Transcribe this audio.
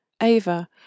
Ava